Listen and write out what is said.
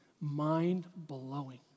mind-blowing